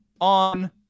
on